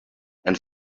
and